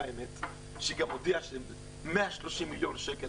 אמת כשהיא גם הודיעה שזה 130 מיליון שקל,